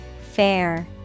Fair